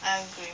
I agree